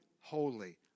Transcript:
holy